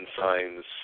signs